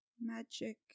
Magic